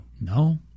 No